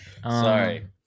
Sorry